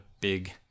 big